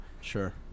Sure